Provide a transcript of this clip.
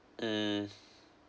hmm